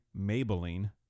Maybelline